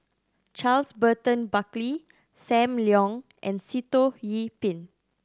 Charles Burton Buckley Sam Leong and Sitoh Yih Pin